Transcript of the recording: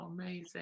Amazing